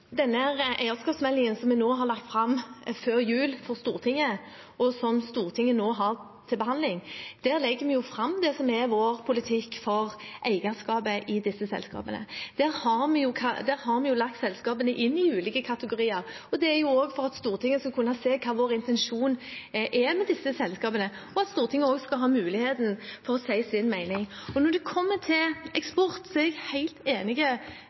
eierskapsmeldingen som vi la fram for Stortinget før jul, og som Stortinget nå har til behandling, legger vi fram det som er vår politikk for eierskapet i disse selskapene. Der har vi lagt selskapene inn i ulike kategorier, og det er også for at Stortinget skal kunne se hva som er vår intensjon med selskapene, og for at Stortinget skal ha muligheten til å si sin mening. Når det kommer til eksport, er jeg helt